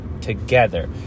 together